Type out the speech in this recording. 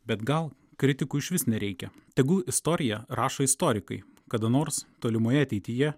bet gal kritikų išvis nereikia tegu istoriją rašo istorikai kada nors tolimoje ateityje